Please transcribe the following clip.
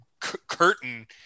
curtain